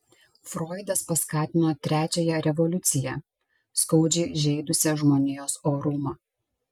froidas paskatino trečiąją revoliuciją skaudžiai žeidusią žmonijos orumą